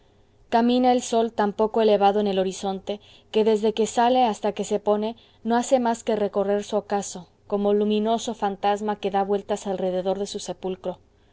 camina el sol tan poco elevado en el horizonte que desde que sale hasta que se pone no hace más que recorrer su ocaso como luminoso fantasma que da vueltas alrededor de su sepulcro